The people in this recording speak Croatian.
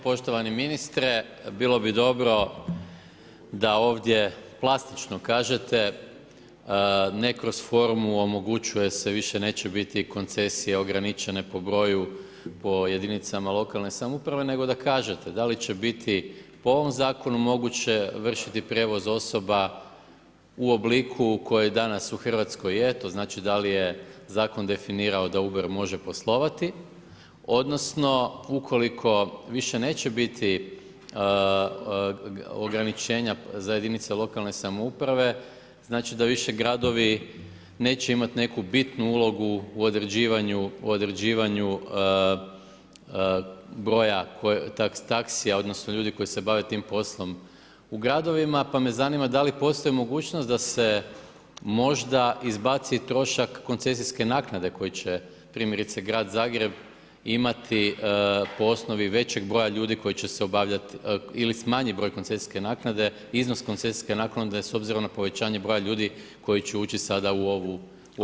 Poštovani ministre, bilo bi dobro da ovdje plastično kažete, ne kroz formu omogućuje se, više neće biti koncesija ograničene po broju po jedinicama lokalne samouprave, nego da kažete da li će biti po ovom Zakonu moguće vršiti prijevoz osoba u obliku koji danas u RH je, to znači da li je Zakon definirao da Uber može poslovati, odnosno ukoliko više neće biti ograničenja za jedinice lokalne samouprave, znači da više gradovi neće imati neku bitnu ulogu u određivanju broja taxija, odnosno ljudi koji se bave tim poslom u gradovima, pa me zanima da li postoji mogućnost da se možda izbaci trošak koncesijske naknade koji će, primjerice grad Zagreb imati po osnovi većeg broja ljudi koji će se obavljati, ili smanji broj koncesijske naknade, iznos koncesijske naknade s obzirom na povećanje broja ljudi koji će ući sada u ovaj biznis.